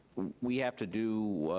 we have to do,